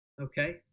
okay